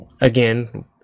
again